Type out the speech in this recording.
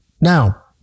Now